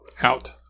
Out